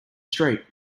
street